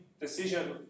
decision